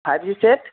five G set